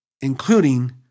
including